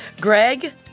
Greg